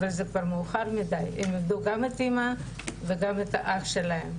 אבל זה כבר מאוחר מדי הם איבדו גם את אימא וגם את האח שלהם.